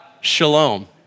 shalom